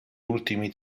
ultimi